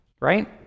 right